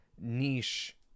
niche